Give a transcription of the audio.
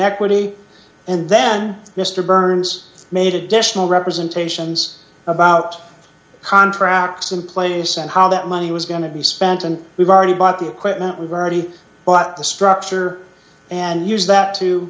equity and then mr burns made additional representations about the contracts in place and how that money was going to be spent and we've already bought the equipment we've already bought the structure and use that to